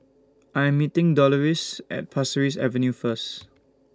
I Am meeting Deloris At Pasir Ris Avenue First